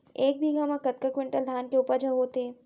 एक बीघा म कतका क्विंटल धान के उपज ह होथे?